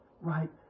right